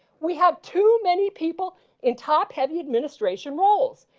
we have too many people in top heavy administration roles.